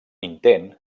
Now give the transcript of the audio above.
intent